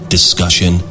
Discussion